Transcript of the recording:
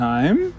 Time